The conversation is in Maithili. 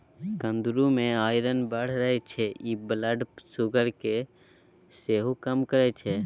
कुंदरु मे आइरन बड़ रहय छै इ ब्लड सुगर केँ सेहो कम करय छै